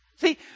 See